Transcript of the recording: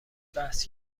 بحث